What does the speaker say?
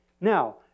Now